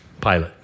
Pilate